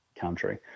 country